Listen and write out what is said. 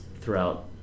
throughout